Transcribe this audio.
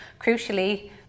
Crucially